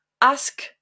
Ask